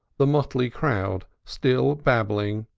the motley crowd, still babbling,